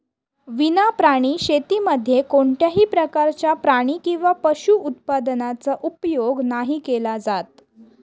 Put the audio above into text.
विना प्राणी शेतीमध्ये कोणत्याही प्रकारच्या प्राणी किंवा पशु उत्पादनाचा उपयोग नाही केला जात